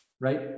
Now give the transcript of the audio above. Right